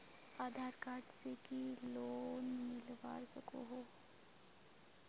आधार card से की loan मिलवा सकोहो?